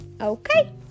okay